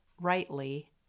rightly